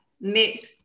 next